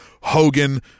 Hogan